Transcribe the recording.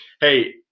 hey